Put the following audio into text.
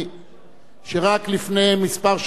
שרק לפני שנים מספר ישב כאן,